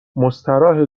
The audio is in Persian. مستراحه